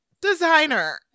designer